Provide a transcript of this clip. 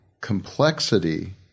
complexity